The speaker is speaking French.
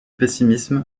pessimisme